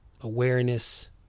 awareness